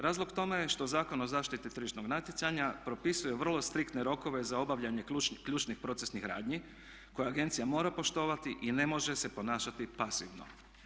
Razlog tome je što Zakon o zaštiti tržišnog natjecanja propisuje vrlo striktne rokove za obavljanje ključnih procesnih radnji koje agencija mora poštovati i ne može se ponašati pasivno.